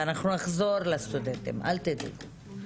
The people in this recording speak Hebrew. אנחנו נחזור לסטודנטים, אל תדאגו.